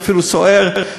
אפילו סוער,